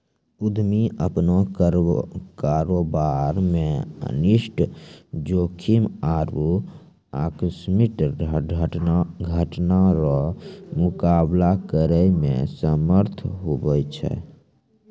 उद्यमी अपनो कारोबार मे अनिष्ट जोखिम आरु आकस्मिक घटना रो मुकाबला करै मे समर्थ हुवै छै